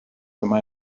through